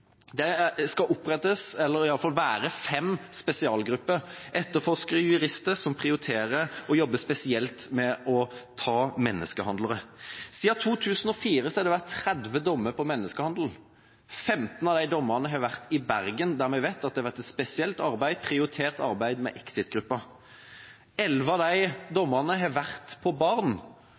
Det skal være fem spesialgrupper, etterforskere og jurister, som prioriterer å jobbe spesielt med å ta menneskehandlere. Siden 2004 har det vært 30 dommer for menneskehandel. 15 av de dommene har vært i Bergen, de vi vet at det har vært et prioritert arbeid med Exit-gruppa. Elleve av de dommene har gjeldt barn, og fem av de sakene igjen har vært